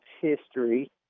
history